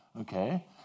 okay